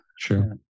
Sure